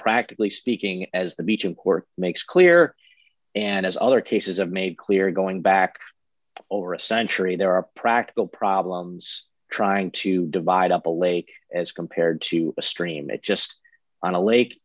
practically speaking as the beach in court makes clear and as other cases i've made clear going back over a century there are practical problems trying to divide up a lake as compared to a stream that just on a lake